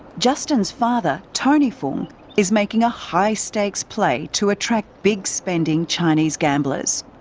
justin's father tony fung is making a high stakes play to attract big spending chinese gamblers.